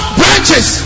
branches